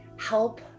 help